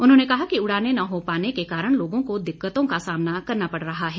उन्होंने कहा कि उड़ाने न हो पाने के कारण लोगों को दिक्कतों का सामना करना पड़ रहा है